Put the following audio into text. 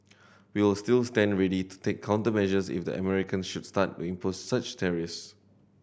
we will still stand ready to take countermeasures if the Americans should start to impose such tariffs